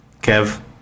Kev